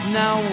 now